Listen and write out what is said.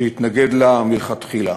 שהתנגד לה מלכתחילה.